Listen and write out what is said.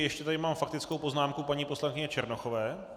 Ještě tady mám faktickou poznámku paní poslankyně Černochové.